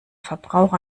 verbrauch